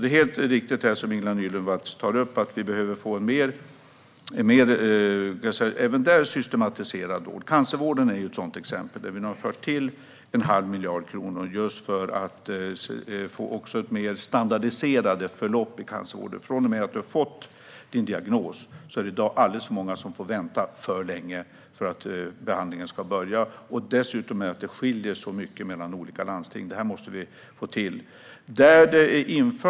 Det som Ingela Nylund Watz tar upp är alltså helt riktigt, nämligen att vi behöver få en mer systematiserad vård även där. Cancervården är ett sådant exempel där vi har tillfört en halv miljard kronor just för att få mer standardiserade förlopp i cancervården. Från och med att människor har fått en diagnos är det i dag alldeles för många som får vänta för länge på att behandlingen ska börja. Dessutom skiljer det mycket mellan olika landsting. Där måste vi få till en förändring.